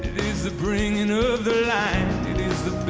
is the bringing you know of the line, it is